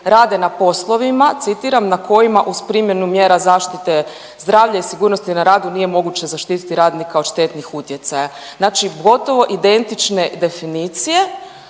rade na poslovima, citiram: „na kojima uz primjenu mjera zaštite zdravlja i sigurnosti na radu nije moguće zaštiti radnika od štetnih utjecaja“. Znači gotovo identične definicije,